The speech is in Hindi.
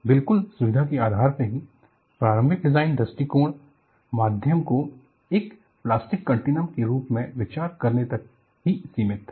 बिल्कुल सुविधा के आधार पर ही प्रारंभिक डिजाइन दृष्टिकोण माध्यम को एक इलास्टिक कंटीनम के रूप में विचार करने तक ही सीमित था